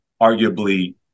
arguably